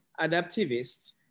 adaptivists